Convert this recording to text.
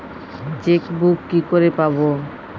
Chequebook কি করে পাবো?